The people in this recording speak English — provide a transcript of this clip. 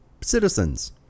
citizens